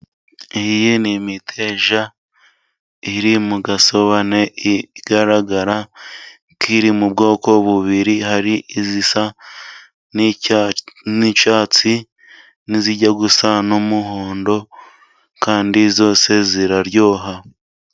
Iyi ni imiteja iri mu gasobane igaragara ko iri mu bwoko bubiri, hari iyisa n'icyatsi n'izijya gusa n'umuhondo kandi zose ziraryoha.